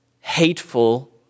hateful